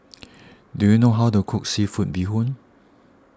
do you know how to cook Seafood Bee Hoon